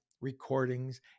recordings